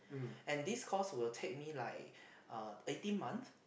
and this course will take me like uh eighteen months